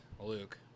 luke